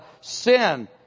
sin